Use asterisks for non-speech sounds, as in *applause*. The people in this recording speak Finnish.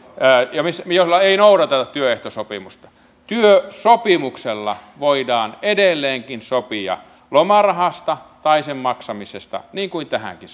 ja joilla ei noudateta työehtosopimusta työsopimuksella voidaan edelleenkin sopia lomarahasta tai sen maksamisesta niin kuin tähänkin *unintelligible*